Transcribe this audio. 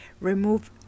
remove